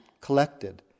collected